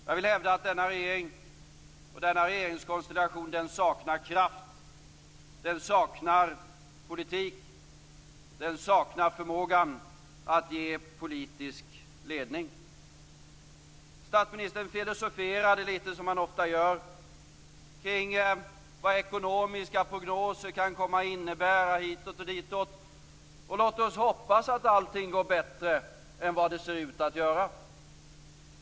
Jag vill hävda att denna regering och denna regeringskonstellation saknar kraft, saknar politik och saknar förmågan att ge politisk ledning. Statsministern filosoferade lite som han ofta gör kring vad ekonomiska prognoser kan komma att innebära hitåt och ditåt. Låt oss hoppas att allting går bättre än vad det ser ut att göra.